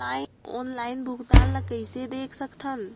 Online भुगतान ल कइसे देख सकथन?